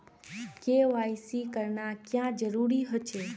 KYC करना क्याँ जरुरी होचे?